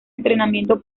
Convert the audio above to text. entrenamiento